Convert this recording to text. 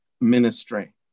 ministry